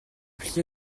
plié